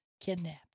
kidnapped